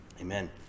Amen